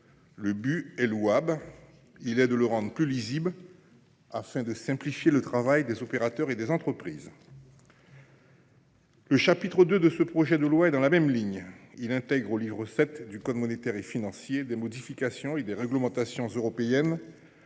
Le but, louable, est de le rendre plus lisible, afin de simplifier le travail des opérateurs et des entreprises. Le chapitre II de ce projet de loi est dans la même ligne. Il tend à intégrer au livre VII du code monétaire et financier des modifications et des réglementations européennes